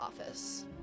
office